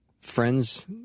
friends